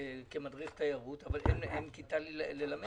כמדריך תיירות, אבל אין כיתה ללמד בה.